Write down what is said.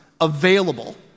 available